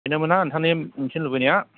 बेनोमोन ना नोंथांनि मिथिनो लुबैनाया